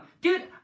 Dude